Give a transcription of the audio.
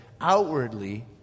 outwardly